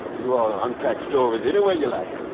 you all unpack stories any way you like.